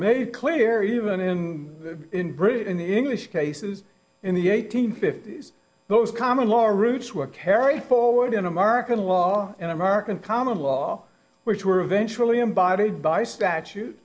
made clear even in britain in the english cases in the eighteenth if those common law routes were carried forward in american law and american common law which were eventually embodied by statute